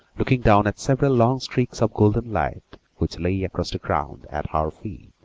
looking down at several long streaks of golden light which lay across the ground at her feet.